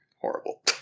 horrible